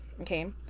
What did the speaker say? Okay